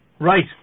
Right